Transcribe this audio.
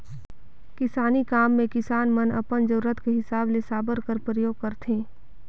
किसानी काम मे किसान मन अपन जरूरत कर हिसाब ले साबर कर परियोग करथे